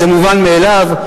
זה מובן מאליו,